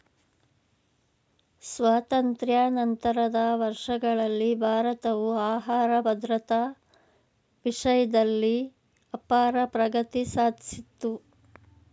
ಸ್ವಾತಂತ್ರ್ಯ ನಂತರದ ವರ್ಷಗಳಲ್ಲಿ ಭಾರತವು ಆಹಾರ ಭದ್ರತಾ ವಿಷಯ್ದಲ್ಲಿ ಅಪಾರ ಪ್ರಗತಿ ಸಾದ್ಸಿತು